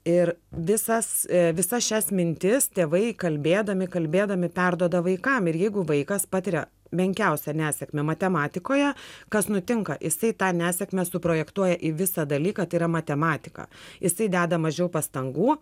ir visas visas šias mintis tėvai kalbėdami kalbėdami perduoda vaikam ir jeigu vaikas patiria menkiausią nesėkmę matematikoje kas nutinka jisai tą nesėkmę suprojektuoja į visą dalyką tai yra matematiką jisai deda mažiau pastangų